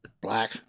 Black